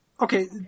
okay